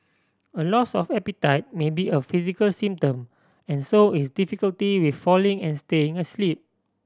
a loss of appetite may be a physical symptom and so is difficulty with falling and staying asleep